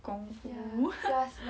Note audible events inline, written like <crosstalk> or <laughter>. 功夫 <laughs>